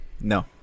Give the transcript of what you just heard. No